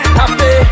happy